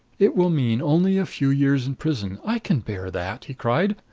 it will mean only a few years in prison i can bear that! he cried.